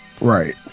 Right